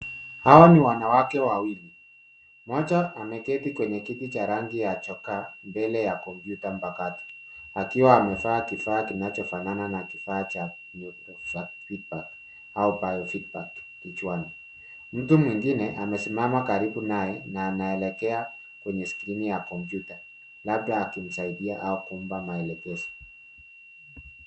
Hawa ni wanawake wawili. Moja ameketi kwenye kiti cha rangi ya chokaa, mbele ya kompyuta mpakato, akiwa amevaa kifaa kinachofanana na kifaa cha microvipack au biovipack , kichwani. Mtu mwingine amesimama karibu naye na anaelekea kwenye skirini ya kompyuta, labda akimsadia au kumpa maelekezo.